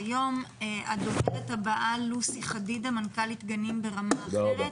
הדוברת הבאה, לוסי חדידה, מנכ"לית גנים ברמה אחרת.